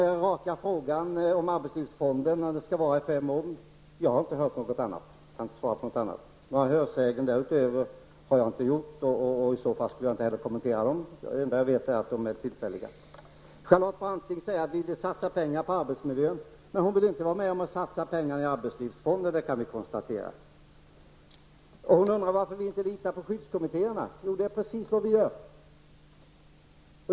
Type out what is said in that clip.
På den raka frågan om arbetsmiljöfonden skall vara fem år kan jag inte svara annat än att det skall vara så -- jag har inte hört något annat. Något därutöver har jag inte sagt och tänker inte kommentera. Det enda jag vet är att den är tillfällig. Charlotte Branting säger att folkpartisterna vill satsa på bättre arbetsmiljö. Men hon vill inte vara med och satsa pengar i arbetslivsfonden, kan vi konstatera. Hon undrar varför vi inte litar på skyddskommittéerna. Det är precis vad vi gör.